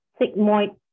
sigmoid